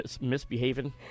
misbehaving